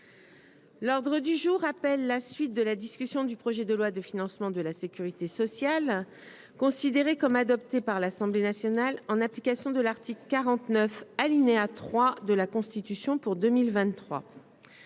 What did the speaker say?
l'ordre du jour appelle la suite de la discussion du projet de loi de financement de la Sécurité sociale, considéré comme adopté par l'Assemblée nationale, en application de l'article 49 alinéa 3 de la Constitution pour 2023